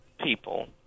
people –